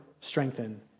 strengthen